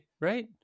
right